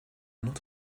not